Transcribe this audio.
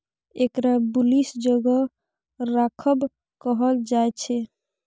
एकरा बुलिश जगह राखब कहल जायछे